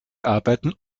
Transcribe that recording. arbeiten